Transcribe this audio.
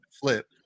flip